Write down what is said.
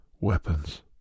weapons